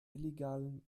illegalen